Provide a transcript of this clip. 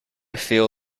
feel